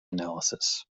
analysis